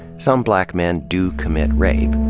some black men do commit rape,